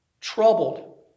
troubled